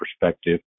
perspective